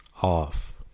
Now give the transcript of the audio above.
off